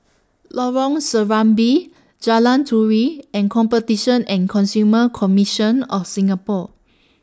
Lorong Serambi Jalan Turi and Competition and Consumer Commission of Singapore